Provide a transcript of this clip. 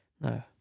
No